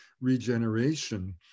regeneration